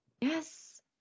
Yes